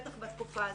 בטח בתקופה הזו.